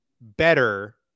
better